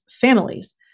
families